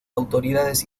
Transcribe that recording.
autoridades